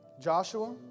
Joshua